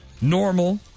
normal